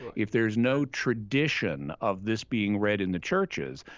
if there's no tradition of this being read in the churches,